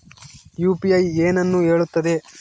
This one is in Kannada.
ಯು.ಪಿ.ಐ ಏನನ್ನು ಹೇಳುತ್ತದೆ?